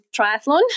triathlon